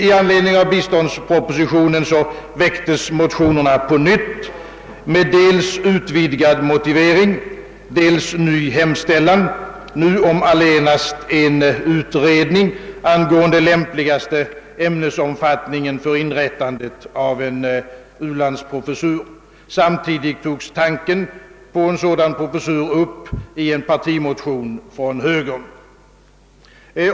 I anledning av biståndspropositionen väcktes motionerna på nytt med dels utvidgad motivering, dels ny hemställan, nu om allenast en utredning angående lämpligaste ämnesomfattningen för en u-landsprofessur. Samtidigt togs tanken på en sådan professur upp i en partimotion från högern.